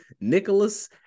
Nicholas